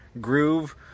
groove